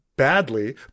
Badly